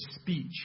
speech